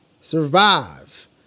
survive